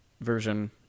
version